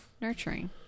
nurturing